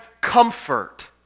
comfort